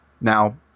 Now